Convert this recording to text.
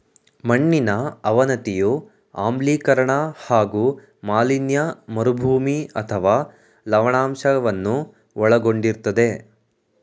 ಮಣ್ಣಿನ ಅವನತಿಯು ಆಮ್ಲೀಕರಣ ಹಾಗೂ ಮಾಲಿನ್ಯ ಮರುಭೂಮಿ ಅಥವಾ ಲವಣಾಂಶವನ್ನು ಒಳಗೊಂಡಿರ್ತದೆ